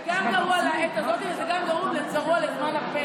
זה גם גרוע לעת הזאת וזה גם גרוע לזמן הפנסיה.